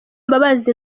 mbabazi